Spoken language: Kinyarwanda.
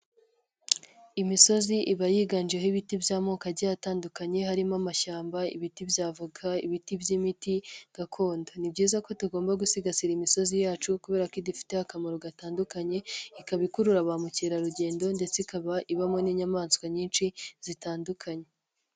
Imisozi iba yiganjeho ibiti by'amoko agiye atandukanye harimo amashyamba, ibiti by'avaka, ibiti by'imiti gakondo, ni byiza ko tugomba gusigasira imisozi yacu kubera ko idufitiye akamaro gatandukanye, ikaba ikurura ba mukerarugendo ndetse ikaba ibamo n'inyamanswa nyinshi zitandukanye.